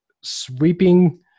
sweeping